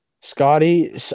Scotty